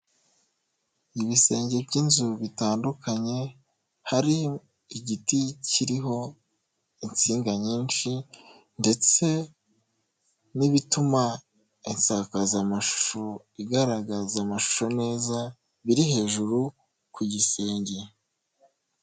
Ibisenge by'inzu bitandukanye, hari igiti kiriho insinga nyinshi ndetse n'ibituma insakazamashusho igaragaza amashusho neza biri hejuru ku gisenge.